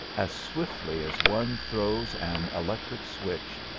as swiftly as one throws an electric switch,